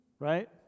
Right